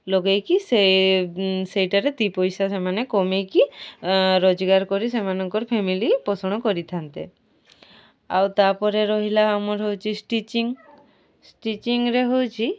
ଲଗାଇକି ସେ ସେଇଟାରେ ଦୁଇ ପଇସା ସେମାନେ କମାଇକି ରୋଜଗାର କରି ସେମାନଙ୍କର ଫ୍ୟାମିଲି ପୋଷଣ କରିଥାନ୍ତେ ଆଉ ତା'ପରେ ରହିଲା ଆମର ହେଉଛି ଷ୍ଟିଚିଂ ଷ୍ଟିଚିଂରେ ହେଉଛି